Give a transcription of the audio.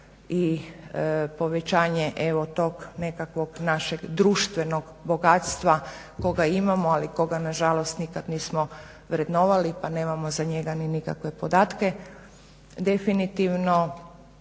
i povećanje tog nekakvog našeg društvenog bogatstva koga imamo a koga nažalost nikad nismo vrednovali pa nemamo za njega ni nikakve podatke definitivno